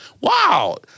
wow